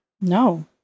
No